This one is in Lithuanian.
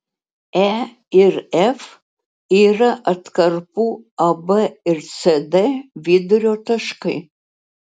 e ir f yra atkarpų ab ir cd vidurio taškai